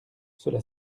cela